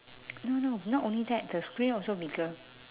no no not only that the screen also bigger